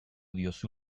diozu